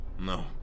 No